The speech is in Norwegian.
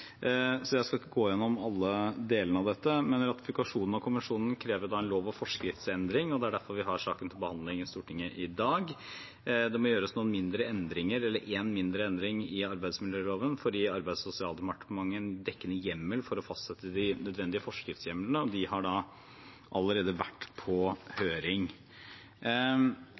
så jeg skal ikke gå gjennom alle delene av dette. Men ratifikasjon av konvensjonen krever en lov- og forskriftsendring, og det er derfor vi har saken til behandling i Stortinget i dag. En mindre endring må gjøres i arbeidsmiljøloven for å gi Arbeids- og sosialdepartementet en dekkende hjemmel for å fastsette de nødvendige forskriftshjemlene, og de har allerede vært på høring.